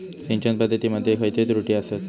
सिंचन पद्धती मध्ये खयचे त्रुटी आसत?